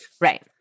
right